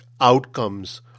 outcomes